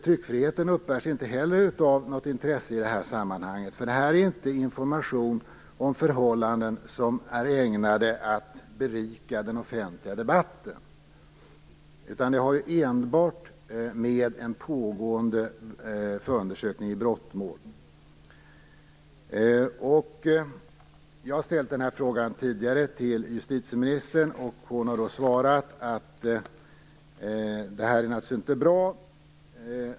Tryckfriheten uppbärs inte heller av något intresse i det här sammanhanget, för det är inte information om förhållanden som är ägnade att berika den offentliga debatten utan har enbart med en pågående förundersökning i brottmål att göra. Jag har tidigare tagit upp den här frågan med justitieministern, och hon har svarat att det här naturligtvis inte är bra.